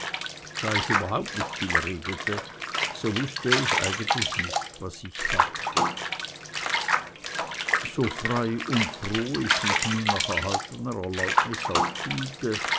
da ich überhaupt nicht viel redete so wußte ich selten was ich sagte so frei und froh ich mich nun nach erhaltener erlaubnis auch fühlte